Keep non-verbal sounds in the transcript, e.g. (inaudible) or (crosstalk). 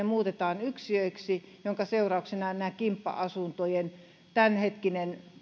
(unintelligible) muutetaan yksiöiksi minkä seurauksena kimppa asuntojen tämänhetkinen